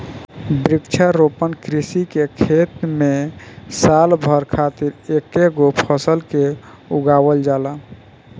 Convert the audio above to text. वृक्षारोपण कृषि के खेत में साल भर खातिर एकेगो फसल के उगावल जाला